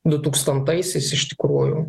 dutūkstantaisiaisais iš tikrųjų